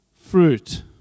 fruit